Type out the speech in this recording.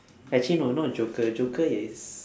actually no not joker joker is